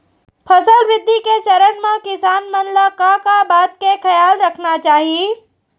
फसल वृद्धि के चरण म किसान मन ला का का बात के खयाल रखना चाही?